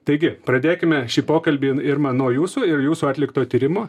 taigi pradėkime šį pokalbį irma nuo jūsų ir jūsų atlikto tyrimo